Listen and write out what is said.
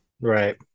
Right